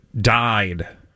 died